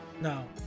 no